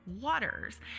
waters